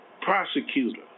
prosecutor